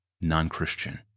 non-Christian